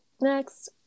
Next